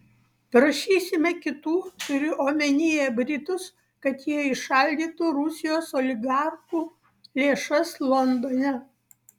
prašysime kitų turiu omenyje britus kad jie įšaldytų rusijos oligarchų lėšas londone